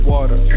Water